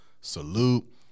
salute